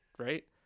right